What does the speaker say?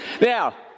Now